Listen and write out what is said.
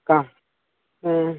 کہاں ہوں